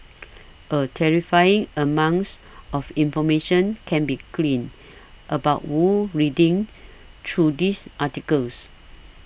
a terrifying amounts of information can be gleaned about Wu reading through these articles